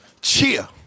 Cheer